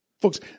Folks